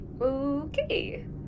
Okay